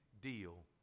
deal